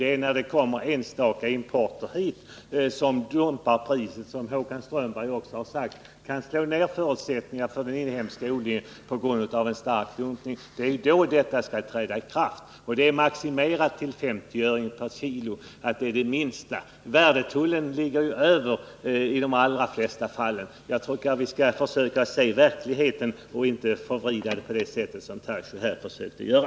Det är när det kommer enstaka importerade partier hit som priset dumpas, såsom Håkan Strömberg också sagt, och förutsättningarna för den inhemska odlingen kan slås ned på grund av stark dumpning. Det är ju då dessa bestämmelser skall träda i kraft, och 50 öre per kg är det minsta beloppet. Värdetullen ligger ju över i de allra flesta fallen. Jag menar att vi skall försöka se verkligheten och inte förvrida förhållandena, så som jag tycker att Daniel Tarschys här försökte göra.